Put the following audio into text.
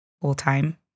full-time